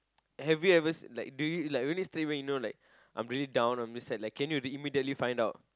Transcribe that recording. have you ever like do you will you straight know like I'm really down I'm real sad like can you immediately find out